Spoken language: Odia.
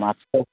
ମାଛ